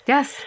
Yes